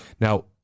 Now